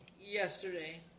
yesterday